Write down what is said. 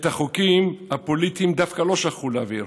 את החוקים הפוליטיים דווקא לא שכחו להעביר.